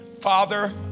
Father